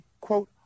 quote